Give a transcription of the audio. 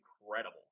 incredible